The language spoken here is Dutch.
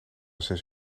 zes